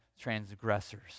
transgressors